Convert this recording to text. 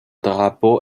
drapeau